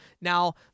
Now